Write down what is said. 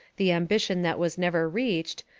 the ambition that was never reached,